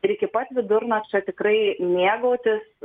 ir iki pat vidurnakčio tikrai mėgautis